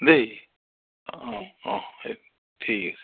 দেই অঁ অঁ ঠিক আছে